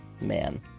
Man